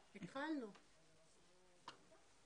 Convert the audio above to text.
המשך העסקתן של אוכלוסיות ייעודיות בנמל אשדוד.